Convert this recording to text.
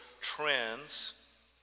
trends